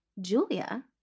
Julia